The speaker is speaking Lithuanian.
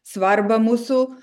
svarbą mūsų